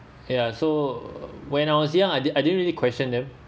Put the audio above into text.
ya so when I was young I didn't I didn't really question them